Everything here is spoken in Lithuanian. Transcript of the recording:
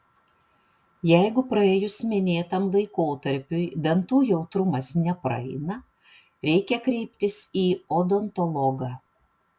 jeigu praėjus minėtam laikotarpiui dantų jautrumas nepraeina reikia kreiptis į odontologą